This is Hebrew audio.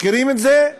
מכירים את זה?